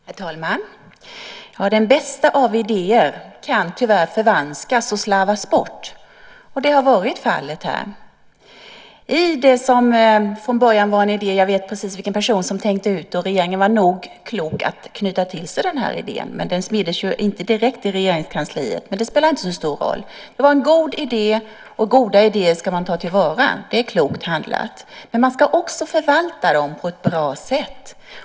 Herr talman! Den bästa av idéer kan tyvärr förvanskas och slarvas bort, och det har varit fallet här. Det som från början var en idé - jag vet precis vilken person som tänkte ut den, och regeringen var nog klok att knyta till sig den här idén - smiddes ju inte direkt i Regeringskansliet, men det spelar inte så stor roll. Men det var en god idé, och goda idéer ska man ta till vara. Det är klokt handlat. Men man ska också förvalta dem på ett bra sätt.